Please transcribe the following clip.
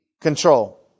control